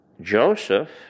Joseph